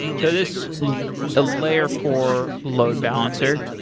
so this ah layer four load balancer,